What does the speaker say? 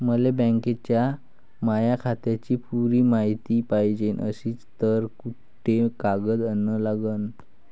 मले बँकेच्या माया खात्याची पुरी मायती पायजे अशील तर कुंते कागद अन लागन?